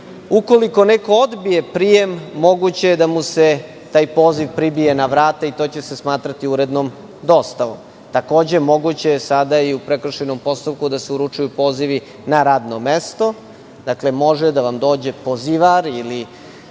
Ukoliko neko odbije prijem, moguće je da mu se taj poziv pribije na vrata i to će se smatrati urednom dostavom. Takođe, moguće je sada i u prekršajnom postupku da se uručuju pozivi na radno mesto, dakle, može da vam dođe pozivar ili